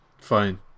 Fine